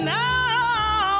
now